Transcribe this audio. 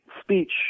speech